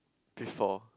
before